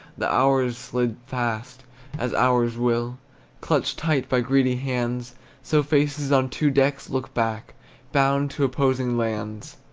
the hours slid fast as hours will clutched tight by greedy hands so faces on two decks look back bound to opposing lands.